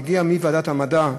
הגיעה מוועדת המדע,